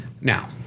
Now